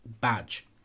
badge